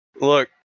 Look